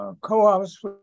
Co-ops